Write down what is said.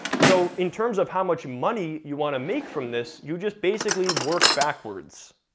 so in terms of how much money you wanna make from this, you just basically work backwards.